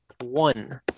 one